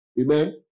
Amen